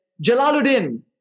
Jalaluddin